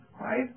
right